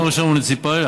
מוניציפלי,